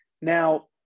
Now